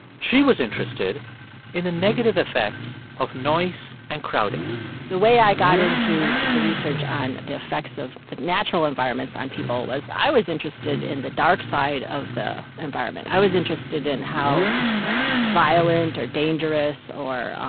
she was interested in the negative effects of noise and crowding the way i got into the research on the effects of the natural environments on people was i was interested in the dark side of the environment. i was interested in how violent or dangerous or,